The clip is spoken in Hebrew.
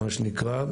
מה שנקרא.